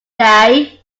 day